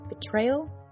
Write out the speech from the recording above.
Betrayal